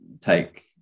take